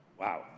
Wow